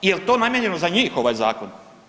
Je li to namijenjeno za njih, ovaj Zakon?